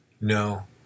no